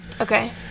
okay